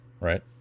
Right